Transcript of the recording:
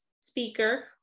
speaker